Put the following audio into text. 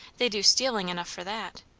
they do stealing enough for that.